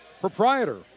proprietor